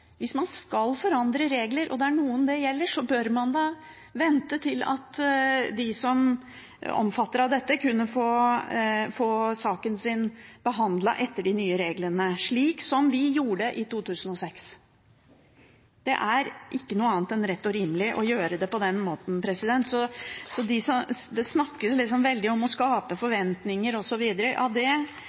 Hvis man skal forandre regler, og det er noen det gjelder, bør man vente til de som er omfattet av dette, kan få sakene sine behandlet etter de nye reglene, slik vi gjorde i 2006. Det er ikke noe annet enn rett og rimelig å gjøre det på den måten. Det snakkes veldig mye om å skape forventninger osv., men i denne saken er det